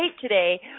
today